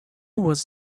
was